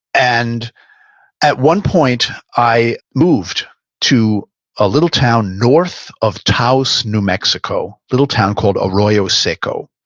and at one point, i moved to a little town north of taos, new mexico, little town called arroyo seco,